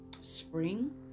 spring